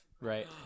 right